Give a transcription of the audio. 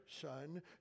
son